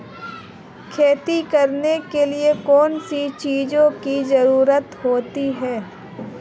खेती करने के लिए कौनसी चीज़ों की ज़रूरत होती हैं?